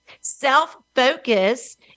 Self-focus